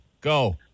Go